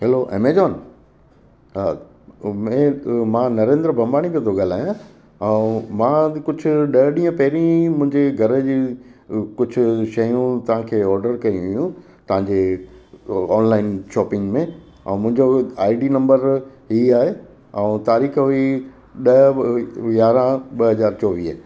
hello Amazon हा मैं मां नरेन्द्र बंबाणी पियो थो ॻाल्हायां ऐं मां कुझु ॾह ॾींहं पहिरीं मुंहिंजे घर जी कुझु शयूं तव्हांखे ऑडर कई हुयूं तव्हांजे ऑनलाइन शॉपिंग में ऐं मुंहिंजो आईडी नम्बर हीअ आहे ऐं तारीख़ हुई ॾह यारहं ॿ हज़ार चोवीह